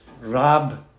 Rab